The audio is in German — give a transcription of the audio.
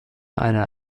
eine